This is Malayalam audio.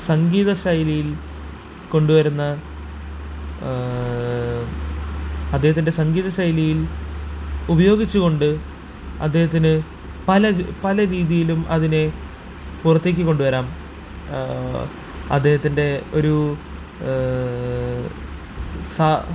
സംഗീത ശൈലിയില് കൊണ്ടു വരുന്ന അദ്ദേഹത്തിന്റെ സംഗീത ശൈലിയില് ഉപയോഗിച്ചു കൊണ്ട് അദ്ദേഹത്തിന് പല പല രീതിയിലും അതിനെ പുറത്തേക്ക് കൊണ്ടു വരാം അദ്ദേഹത്തിന്റെ ഒരു സാ